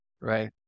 right